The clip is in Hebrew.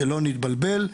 שלא נתבלבל.